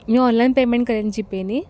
मी online payment करेन जीपेनी